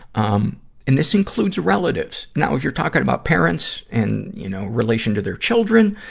um and this includes relatives. now, if you're talking about parents and, you know, relation to their children,